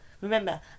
Remember